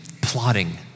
Plotting